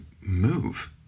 move